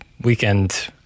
weekend